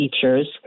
teachers